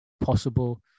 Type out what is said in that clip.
possible